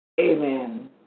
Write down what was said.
Amen